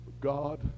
God